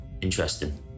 Interesting